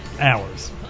hours